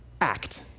act